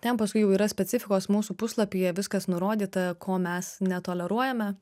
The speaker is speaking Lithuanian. ten paskui jau yra specifikos mūsų puslapyje viskas nurodyta ko mes netoleruojame